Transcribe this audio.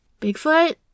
Bigfoot